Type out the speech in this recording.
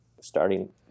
starting